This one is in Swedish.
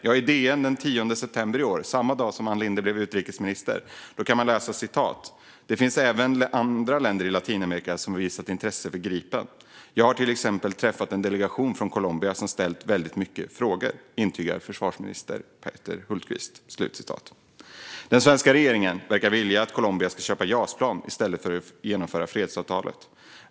I DN den 10 september i år, samma dag som Ann Linde blev utrikesminister, kan man läsa: "- Det finns även andra länder i Latinamerika som visat intresse för Gripen, jag har till exempel träffat en delegation från Colombia som ställt väldigt mycket frågor, intygar försvarsminister Peter Hultqvist." Den svenska regeringen verkar vilja att Colombia ska köpa JAS-plan i stället för att genomföra fredsavtalet.